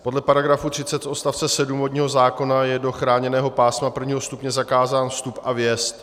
Podle § 30 odst. 7 vodního zákona je do chráněného pásma prvního stupně zakázán vstup a vjezd.